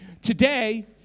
Today